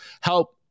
help